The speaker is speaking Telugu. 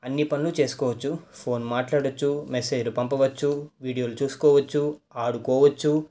అన్నీ పనులు చేసుకోవచ్చు ఫోన్ మాటలాడచ్చు మెసేజ్లు పంపపవచ్చు వీడియోలు చూసుకోవచ్చు ఆడుకోవచ్చు